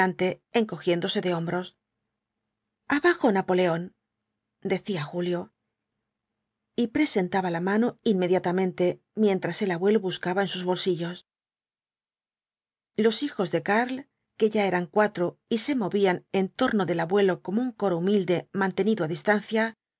encogiéndose de hombros abajo napoleón decía julio y presentaba la mano inmediatamente mientras el abuelo buscaba en sus bolsillos los hijos de karl que ya eran cuatro y se movían en torno del abuelo como un coro humilde mantenido á distancia